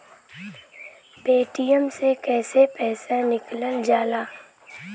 Paytm से कैसे पैसा निकलल जाला?